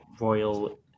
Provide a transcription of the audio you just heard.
royal